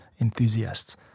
enthusiasts